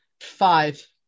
five